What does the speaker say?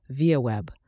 ViaWeb